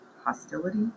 hostility